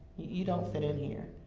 you don't fit in here.